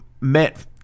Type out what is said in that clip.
met